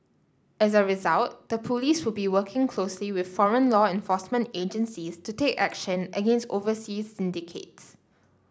as a result the police will be working closely with foreign law enforcement agencies to take action against overseas syndicates